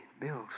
bills